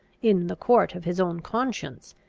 in the court of his own conscience,